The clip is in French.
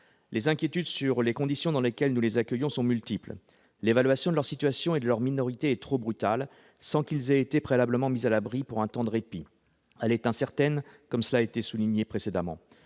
Les inquiétudes sur les conditions dans lesquelles nous les accueillons sont multiples. L'évaluation de leur situation et de leur minorité est trop brutale sans qu'ils aient été préalablement mis à l'abri pour un temps de répit. Elle est incertaine, comme cela a été souligné précédemment.